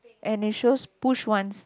and it shows push once